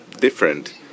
different